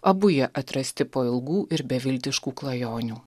abu jie atrasti po ilgų ir beviltiškų klajonių